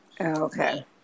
Okay